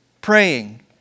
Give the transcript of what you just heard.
praying